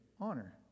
honor